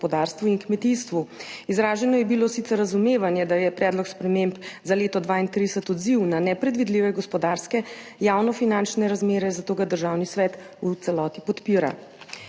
in kmetijstvu. Izraženo je bilo sicer razumevanje, da je predlog sprememb za leto 2023 odziv na nepredvidljive gospodarske in javnofinančne razmere, zato ga Državni svet v celoti podpira.